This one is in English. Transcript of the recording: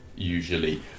Usually